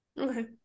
okay